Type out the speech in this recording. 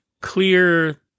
clear